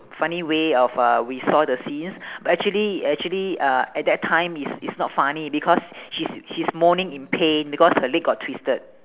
funny way of uh we saw the scenes but actually actually uh at that time is is not funny because she's she's moaning in pain because her leg got twisted